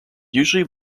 usually